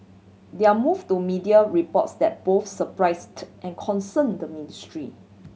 their move to media reports that both surprised and concerned the ministry